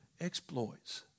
exploits